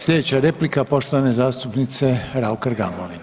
Slijedeća replika poštovane zastupnice Raukar Gamulin.